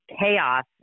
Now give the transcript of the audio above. chaos